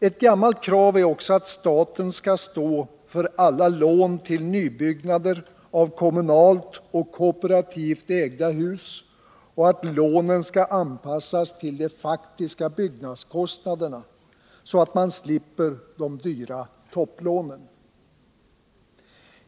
Ett gammalt krav är också att staten skall stå för alla lån till nybyggnader av kommunalt eller kooperativt ägda hus och att lånen skall anpassas till de faktiska byggkostnaderna, så att man slipper de dyra topplånen.